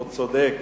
הוא צודק,